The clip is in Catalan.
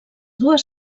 dues